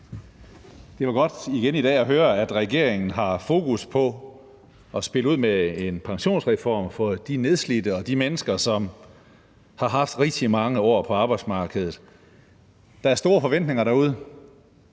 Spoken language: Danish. Det var godt igen i dag at høre, at regeringen har fokus på at spille ud med en pensionsreform for de nedslidte og de mennesker, som har haft rigtig mange år på arbejdsmarkedet. Der er store forventninger derude,